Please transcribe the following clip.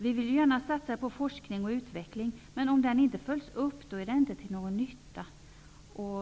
Vi vill gärna satsa på forskning och utveckling, men om forskningen inte följs upp är den inte till någon nytta.